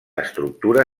estructura